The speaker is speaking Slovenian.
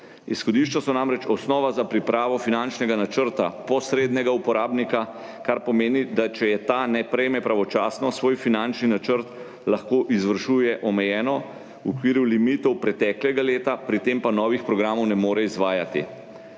Izhodišča so namreč osnova za pripravo finančnega načrta posrednega uporabnika, kar pomeni, da če je ta ne prejme pravočasno, svoj finančni načrt lahko izvršuje omejeno v okviru limitov preteklega leta, pri tem pa novih programov ne more izvajati.